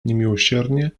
niemiłosiernie